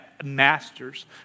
masters